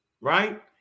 right